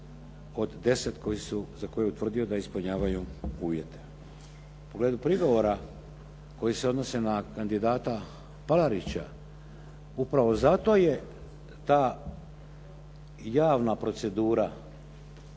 koji su, za koje je utvrdio da ispunjavaju uvjete. U pogledu prigovora koji se odnose na kandidata Palarića upravo zato je ta javna procedura